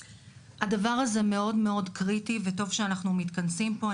הדבר הזה מאוד מאוד קריטי וטוב שאנחנו מתכנסים פה.